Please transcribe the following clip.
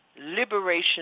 liberation